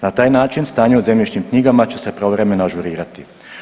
Na taj način stanje u zemljišnim knjigama će se pravovremeno ažurirati.